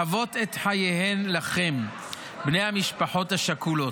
חבות את חייהן לכם, בני המשפחות השכולות.